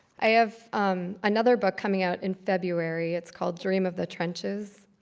i have another book coming out in february. it's called dream of the trenches,